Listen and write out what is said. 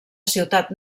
ciutat